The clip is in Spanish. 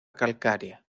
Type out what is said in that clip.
calcárea